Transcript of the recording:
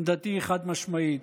עמדתי היא חד-משמעית.